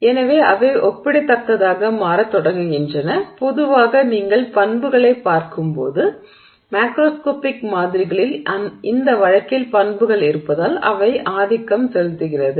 எனவே அவை ஒப்பிடத்தக்கதாக மாறத் தொடங்குகின்றன பொதுவாக நீங்கள் பண்புகளைப் பார்க்கும்போது மேக்ரோஸ்கோபிக் மாதிரிகளில் இந்த வழக்கில் பண்புகள் இருப்பதால் அவை ஆதிக்கம் செலுத்துகிறது